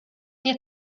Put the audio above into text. nie